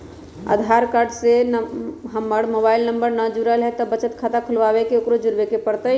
आधार card से हमर mobile number न जुरल है त बचत खाता खुलवा ला उकरो जुड़बे के पड़तई?